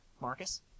Marcus